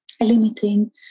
limiting